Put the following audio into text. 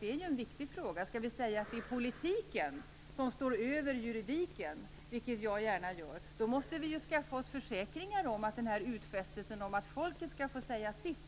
Det är en viktig fråga. Skall vi säga att politiken står över juridiken - vilket jag gärna gör - måste vi skaffa oss försäkringar om att utfästelsen om att folket skall få säga sitt